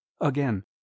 Again